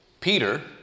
Peter